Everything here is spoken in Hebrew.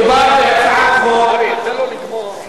מדובר בהצעת חוק, תן לו לגמור.